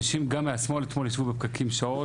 אנשים גם מהשמאל אתמול ישבו בפקקים שעות.